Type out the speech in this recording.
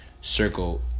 circle